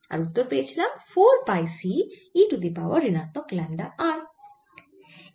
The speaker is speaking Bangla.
আর উত্তর পেয়েছিলাম 4 পাই C e to the power ঋণাত্মক ল্যামডা r